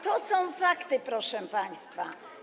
To są fakty, proszę państwa.